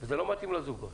וזה לא מתאים לזוגות.